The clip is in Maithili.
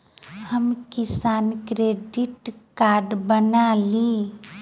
हम किसान क्रेडिट कार्ड कोना ली?